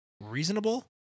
reasonable